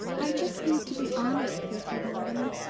i just need to be honest with you, mortimer.